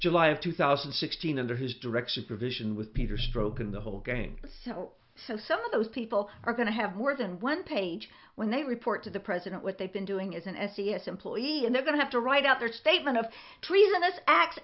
july of two thousand and sixteen under his direction provision with peter stroken the whole gang so some of those people are going to have more than one page when they report to the president what they've been doing isn't s e s employee and they're going to have to write out their statement of treason